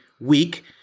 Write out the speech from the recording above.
week